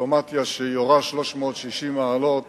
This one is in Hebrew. דיפלומטיה שיורה 360 מעלות